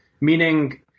meaning